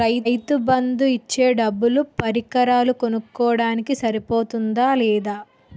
రైతు బందు ఇచ్చే డబ్బులు పరికరాలు కొనడానికి సరిపోతుందా లేదా?